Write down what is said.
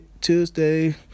Tuesday